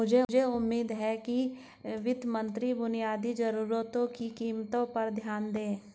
मुझे उम्मीद है कि वित्त मंत्री बुनियादी जरूरतों की कीमतों पर ध्यान देंगे